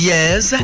Yes